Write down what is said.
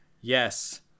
yes